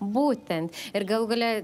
būtent ir galų gale